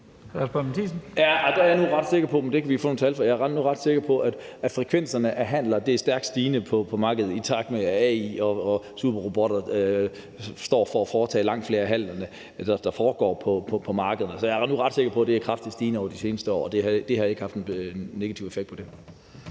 vi få nogle tal på – at frekvenserne af handler er stærkt stigende på markedet, i takt med at AI og superrobotter står for at foretage langt flere af handlerne, der foregår på markederne. Så jeg er nu ret sikker på, at det har været kraftigt stigende over de seneste år, og det har ikke haft en negativ effekt på det.